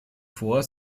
vor